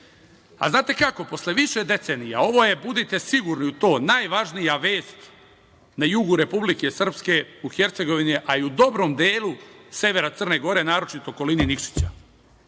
Znate kako, posle više decenija, ovo je, budite sigurni u to, najvažnija vest na jugu Republike Srpske u Hercegovini, a i u dobrom delu severa Crne Gore, naročito okolini Nikšića.